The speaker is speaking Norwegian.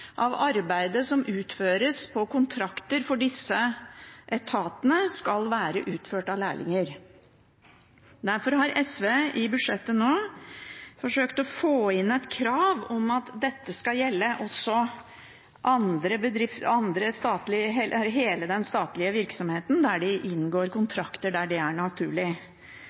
av arbeidet som utføres på kontrakter for disse etatene, skal være utført av lærlinger. Derfor har SV i budsjettet nå forsøkt å få inn et krav om at dette skal gjelde hele den statlige virksomheten der det er naturlig at de inngår kontrakter. Men jeg må dessverre si at det hittil bare er